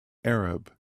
arab